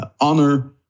honor